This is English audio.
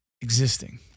existing